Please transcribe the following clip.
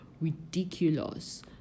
ridiculous